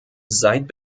seid